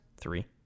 Three